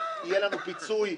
יהיה לנו פיצוי.